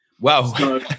Wow